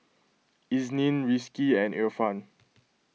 Isnin Rizqi and Irfan